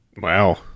Wow